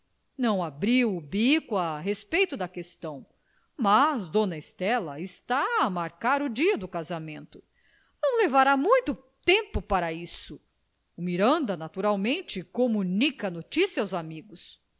não abriu o bico a respeito da questão mas dona estela está a marcar o dia do casamento não levará muito tempo para isso o miranda naturalmente comunica a noticia aos amigos